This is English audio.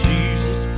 Jesus